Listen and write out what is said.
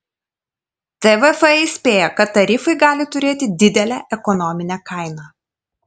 tvf įspėja kad tarifai gali turėti didelę ekonominę kainą